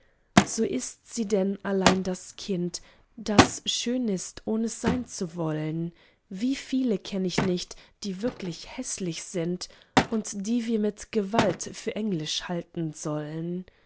so ist sie denn allein das kind das schön ist ohn es sein zu wollen wie viele kenn ich nicht die wirklich häßlich sind und die wir mit gewalt für englisch halten sollen